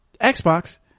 Xbox